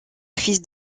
fils